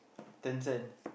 ten cents